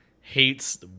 hates